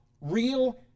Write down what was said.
real